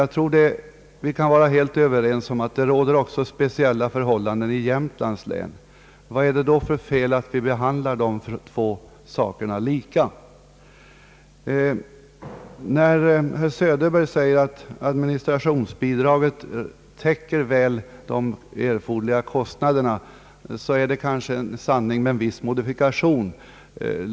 Jag tror att vi kan vara överens om att det råder speciella förhållanden också i Jämtlands län. Vad är det då för fel att göra en likartad behandling i detta fall? När herr Söderberg säger att administrationsbidraget väl täcker de erfor derliga kostnaderna, är det nog en sanning med viss modifikation.